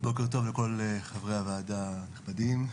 בוקר טוב לכל חברי הוועדה הנכבדים,